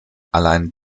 allein